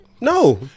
no